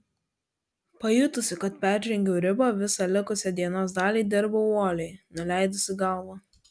pajutusi kad peržengiau ribą visą likusią dienos dalį dirbau uoliai nuleidusi galvą